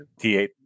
t8